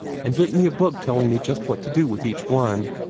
and lent me a book telling me just what to do with each one.